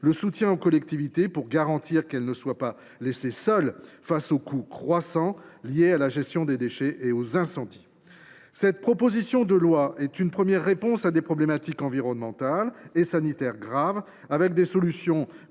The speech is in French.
le soutien aux collectivités soit renforcé, afin de garantir qu’elles ne soient pas laissées seules face au coût croissant de la gestion des déchets et des incendies. Cette proposition de loi est une première réponse à des problématiques environnementales et sanitaires graves. Elle comporte des solutions concrètes